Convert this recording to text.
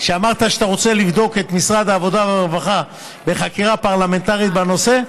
כשאמרת שאתה רוצה לבדוק את משרד העבודה והרווחה בחקירה פרלמנטרית בנושא,